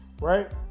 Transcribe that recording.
right